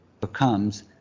becomes